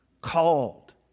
called